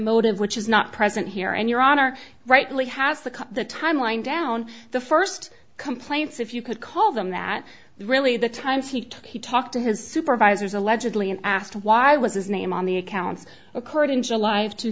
motive which is not present here and your honor rightly has to cut the timeline down the first complaints if you could call them that really the times he took he talked to his supervisors allegedly and asked why was his name on the accounts occurred in july of two